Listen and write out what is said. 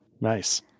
Nice